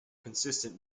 consistent